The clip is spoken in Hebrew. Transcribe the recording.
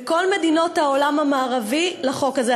בכל מדינות העולם המערבי לחוק הזה.